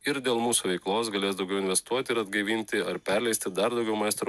ir dėl mūsų veiklos galės daugiau investuoti ir atgaivinti ar perleisti dar daugiau maestro